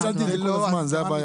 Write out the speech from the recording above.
לא ניצלתי את זה כל הזמן, זאת הבעיה.